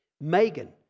Megan